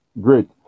Great